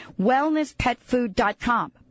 wellnesspetfood.com